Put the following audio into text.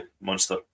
monster